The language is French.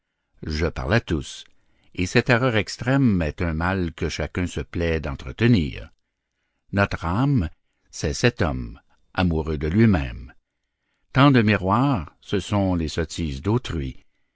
je parle à tous et cette erreur extrême est un mal que chacun se plaît d'entretenir notre âme c'est cet homme amoureux de lui-même tant de miroirs ce sont les sottises d'autrui